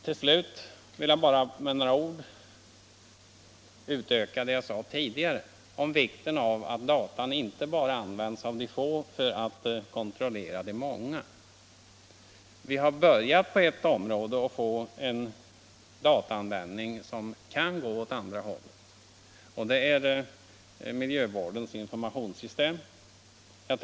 Till slut vill jag bara med några ord bygga på det jag sade tidigare om vikten av att data inte bara används av de få för att kontrollera de många. Vi har på ett område börjat få en dataanvändning som kan gå åt andra håltet; jag avser miljövårdens informationssystem.